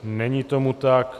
Není tomu tak.